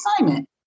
assignment